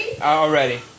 Already